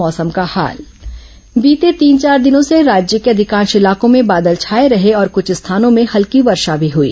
मौसम बीते तीन चार दिनों से राज्य के अधिकांश इलाकों में बादल छाए रहे और कुछ स्थानों में हल्की वर्षा भी हुई